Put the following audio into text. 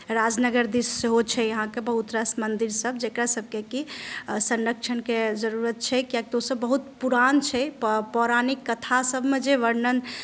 राजनगर दिस सेहो छै अहाँके बहुत रास मन्दिरसभ जकरासभके भी संरक्षणक जरूरत छै कियाक तऽ ओसभ बहुत पुरान छै पौराणिक कथासभमे जे वर्णन